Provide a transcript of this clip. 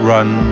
Run